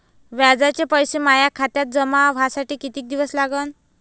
व्याजाचे पैसे माया खात्यात जमा व्हासाठी कितीक दिवस लागन?